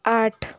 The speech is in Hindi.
आठ